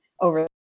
over